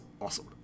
awesome